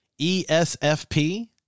ESFP